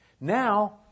Now